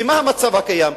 מה המצב הקיים?